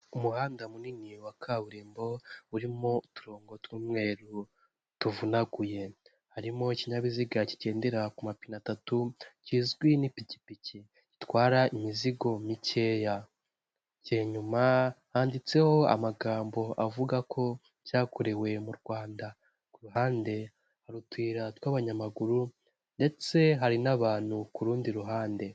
Umuhanda munini wa kaburimbo urimo uturongo tw'umweru tuvunaguye, harimo ikinyabiziga kigendera ku mapine atatu kizwi nk'ipikipiki gitwara imizigo mikeya. Inyuma handitseho amagambo avuga ko cyakorewe mu Rwanda, ku ruhande hari utuyira tw'abanyamaguru ndetse hari n'abantu ku rundi ruhande.